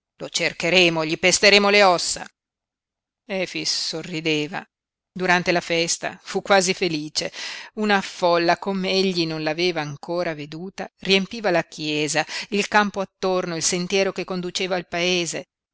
cercheremo gli pesteremo le ossa efix sorrideva durante la festa fu quasi felice una folla com'egli non l'aveva ancora veduta riempiva la chiesa il campo attorno il sentiero che conduceva al paese